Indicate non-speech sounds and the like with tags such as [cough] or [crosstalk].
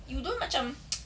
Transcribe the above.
you don't macam [noise]